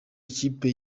ikipe